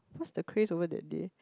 what's the craze over that day